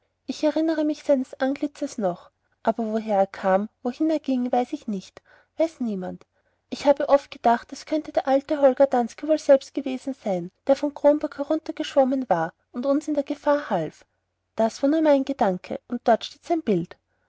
ich erinnere mich seines antlitzes noch aber woher er kam wohin er ging weiß ich nicht weiß niemand ich habe oft gedacht das könnte der alte holger danske wohl selbst gewesen sein der von kronburg heruntergeschwommen war und uns in der gefahr half das war nun mein gedanke und dort steht sein bild